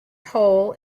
pohl